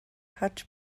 харж